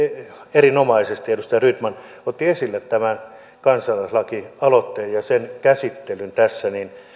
erinomaisesti edustaja rydman otti esille kansalaislakialoitteen ja sen käsittelyn tässä niin